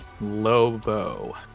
Lobo